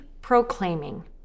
proclaiming